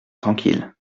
tranquille